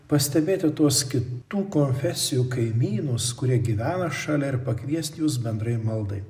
pastebėti tuos kitų konfesijų kaimynus kurie gyvena šalia ir pakviest jus bendrai maldai